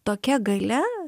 tokia galia